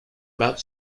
about